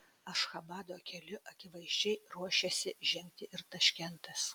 ašchabado keliu akivaizdžiai ruošiasi žengti ir taškentas